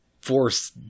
force